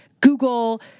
Google